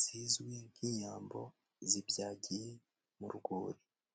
zizwi nk'inyambo zibyagiye mu rwuri.